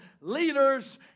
leaders